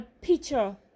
picture